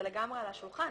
זה לגמרי על השולחן.